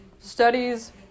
Studies